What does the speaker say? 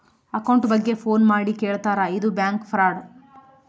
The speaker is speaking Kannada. ಅಕೌಂಟ್ ಬಗ್ಗೆ ಫೋನ್ ಮಾಡಿ ಕೇಳ್ತಾರಾ ಇದು ಬ್ಯಾಂಕ್ ಫ್ರಾಡ್